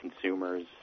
consumers